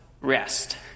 rest